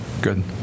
Good